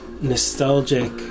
nostalgic